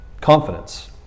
confidence